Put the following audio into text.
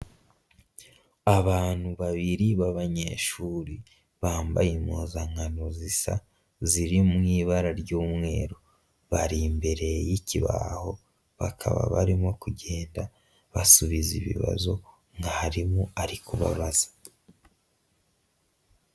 Abantu babiri b'abanyeshuri bambaye impuzankano zisa ziri mu ibara ry'umweru, bari imbere y'ikibaho bakaba barimo kugenda basubiza ibibazo mwarimu ari kubabaza.